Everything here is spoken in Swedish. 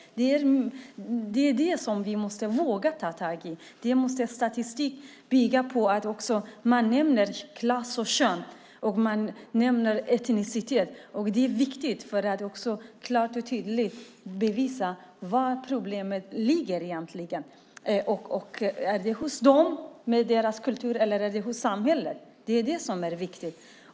Det är det som vi måste våga ta tag i. Statistik måste bygga på att man också nämner klass och kön och etnicitet. Det är viktigt för att klart och tydligt bevisa var problemet egentligen ligger. Är det hos dessa människor med deras kultur, eller är det hos samhället? Det är det som är viktigt.